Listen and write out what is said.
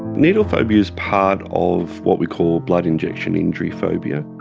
needle phobia is part of what we call blood-injection-injury phobia.